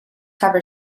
cover